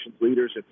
leaders